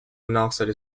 monoxide